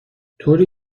طوری